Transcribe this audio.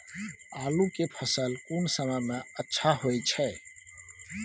आलू के फसल कोन समय में अच्छा होय छै?